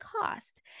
cost